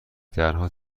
درها